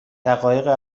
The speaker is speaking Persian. دقایق